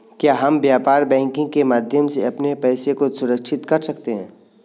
क्या हम व्यापार बैंकिंग के माध्यम से अपने पैसे को सुरक्षित कर सकते हैं?